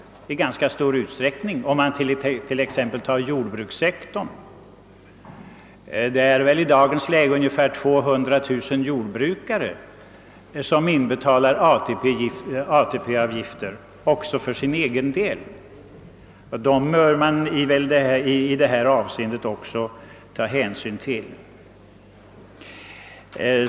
Tag t.ex. jordbrukssektorn! Inom jordbrukssektorn betalar väl i dagens läge ungefär 200 000 jordbrukare ATP-avgifter också för sin egen del. Dem bör man väl i detta avseende även ta hänsyn till.